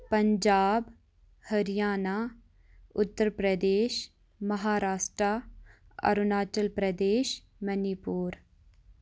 پَنٚجاب ہریانہ اُترپردیٚش مہاراشٹرا اروناچَل پرٛدیٚش منی پوٗر